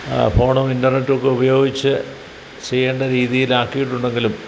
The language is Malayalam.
ഫോണും ഇൻറ്റെർനെറ്റുമൊക്കെ ഉപയോഗിച്ച് ചെയ്യേണ്ട രീതിയിലാക്കിയിട്ടുണ്ടെങ്കിലും